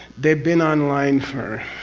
they've been online for.